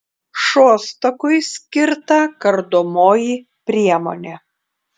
šostakui skirta kardomoji priemonė